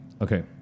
Okay